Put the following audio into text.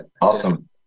awesome